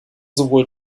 sowohl